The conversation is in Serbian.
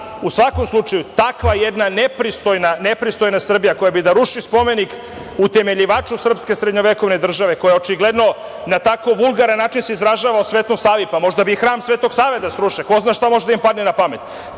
svakom slučaju, takva jedna nepristojna Srbija koja bi da ruši spomenik utemeljivaču srpske srednjovekovne države, koja očigledno na tako vulgaran način se izražava o Svetom Savi, možda bi i Hram Svetog Save da sruše, ko zna šta može da im padne napamet,